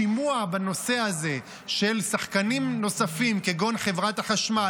שימוע בנושא הזה של שחקנים נוספים כגון חברת החשמל,